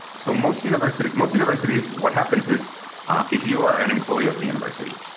so most universities most universities what happens is if you are an employee of the university